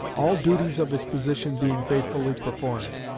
all duties of his position being faithfully performed.